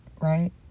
right